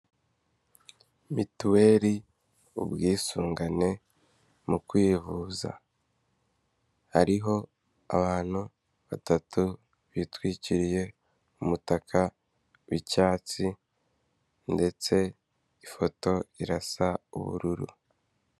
Mituweri ubwisungane mu kwivuza, hariho abantu batatu bitwikiriye umutaka w'icyatsi, ndetse ifoto irasa ubururu.